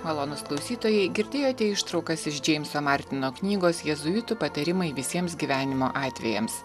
malonūs klausytojai girdėjote ištraukas iš džeimso martino knygos jėzuitų patarimai visiems gyvenimo atvejams